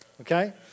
Okay